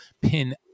pin